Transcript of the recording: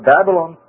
Babylon